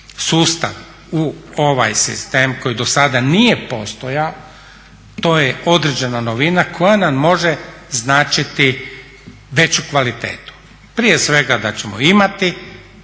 sustav u ovaj sistem koji dosada nije postojao to je određena novina koja nam može značiti veću kvalitetu. Prije svega da ćemo imati